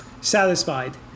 satisfied